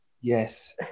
Yes